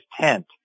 tent